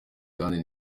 kandi